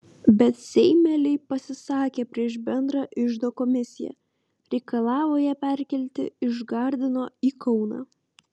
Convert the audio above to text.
bet seimeliai pasisakė prieš bendrą iždo komisiją reikalavo ją perkelti iš gardino į kauną